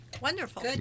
Wonderful